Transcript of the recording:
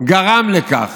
גרם לכך